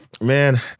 Man